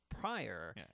prior